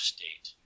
State